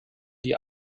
die